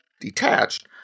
detached